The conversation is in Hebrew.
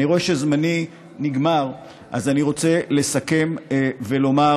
אני רואה שזמני נגמר, אז אני רוצה לסכם ולומר: